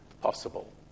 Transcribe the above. possible